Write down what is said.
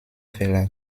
verlag